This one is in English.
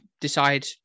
decide